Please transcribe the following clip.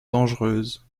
dangereuse